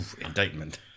indictment